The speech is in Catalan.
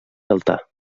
altar